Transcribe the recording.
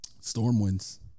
Stormwinds